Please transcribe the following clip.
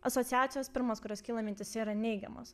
asociacijos pirmos kurios kyla mintyse yra neigiamos